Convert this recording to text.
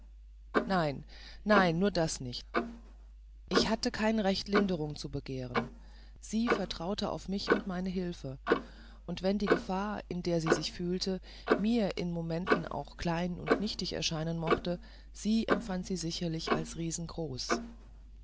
nein nein nur das nicht ich hatte kein recht linderung zu begehren sie vertraute auf mich und meine hilfe und wenn die gefahr in der sie sich fühlte mir in momenten auch klein und nichtig erscheinen mochte sie empfand sie sicherlich als